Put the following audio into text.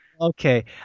okay